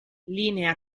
linea